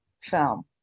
film